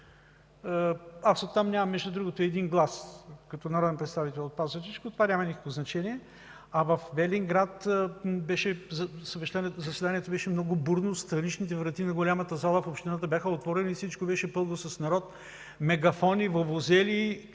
нямам, между другото, и един глас като народен представител, но това няма никакво значение. Във Велинград заседанието беше много бурно, страничните врати на голямата зала в общината бяха отворени и всичко беше пълно с народ – мегафони, вувузели,